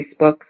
Facebook